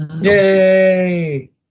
Yay